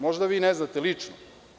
Možda vi ne znate lično.